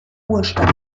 ruhestand